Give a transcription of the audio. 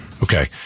Okay